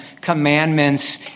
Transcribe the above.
commandments